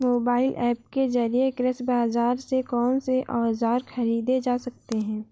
Mobile app के जरिए कृषि बाजार से कौन से औजार ख़रीदे जा सकते हैं?